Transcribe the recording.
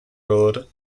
road